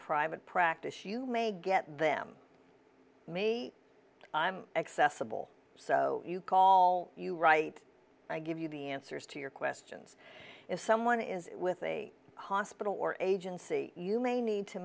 private practice you may get them me i'm accessible so you call you right i give you the answers to your questions if someone is with a hospital or agency you may need to